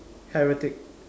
heretic